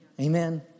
Amen